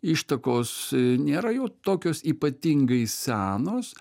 ištakos nėra jau tokios ypatingai senos